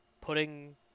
putting